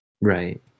right